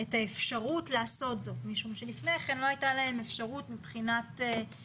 את האפשרות לעשות זאת משום שלפני כן לא הייתה להם אפשרות מבחינה חוקית.